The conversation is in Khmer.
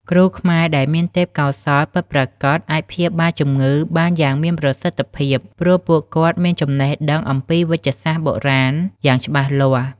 គ្រូខ្មែរដែលមានទេពកោសល្យពិតប្រាកដ អាចព្យាបាលជម្ងឺបានយ៉ាងមានប្រសិទ្ធភាព ព្រោះពួកគាត់មានចំណេះដឹងអំពីវេជ្ជសាស្ត្របុរាណយ៉ាងច្បាស់លាស់។